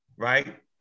Right